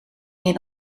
meer